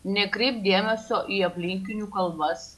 nekreipt dėmesio į aplinkinių kalbas